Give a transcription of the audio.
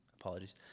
Apologies